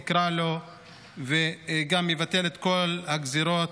יקרא לו, וגם יבטל את כל הגזרות